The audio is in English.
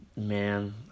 Man